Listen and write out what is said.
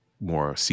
more